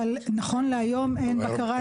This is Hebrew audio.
אבל נכון להיום אין בקרה הנדסית.